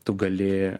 tu gali